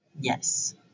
Yes